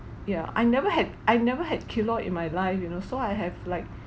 yeah I never had I never had keloid in my life you know so I have like